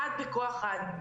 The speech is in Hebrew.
אחד, בכוח האדם,